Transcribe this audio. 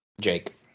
Jake